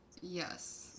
yes